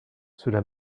cela